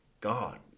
God